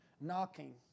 knocking